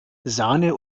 sahne